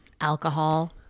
Alcohol